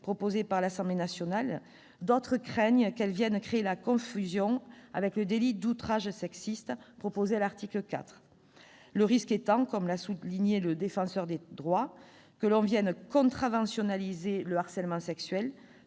proposé par l'Assemblée nationale, d'autres craignent qu'elle ne vienne créer la confusion avec le délit d'outrage sexiste proposé à l'article 4, le risque étant, comme l'a souligné le Défenseur des droits, que l'on vienne « contraventionnaliser » le harcèlement sexuel